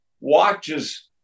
watches